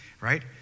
right